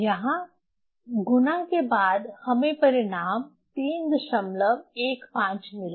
यहां गुणा के बाद हमें परिणाम 315 मिला